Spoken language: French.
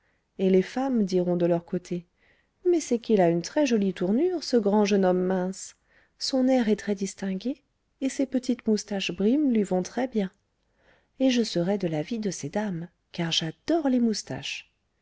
et les femmes diront de leur côté mais c'est qu'il a une très-jolie tournure ce grand jeune homme mince son air est très-distingué et ses petites moustaches brimes lui vont très-bien et je serai de l'avis de ces dames car j'adore les moustaches